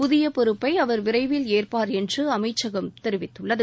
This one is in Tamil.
புதிய பொறுப்பை அவர் விரைவில் ஏற்பார் என்று அமைச்சகம் தெரிவித்துள்ளது